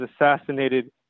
assassinated